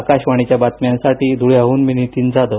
आकाशवाणीच्या बातम्यांसाठी ध्रळ्याहून नीतीन जाधव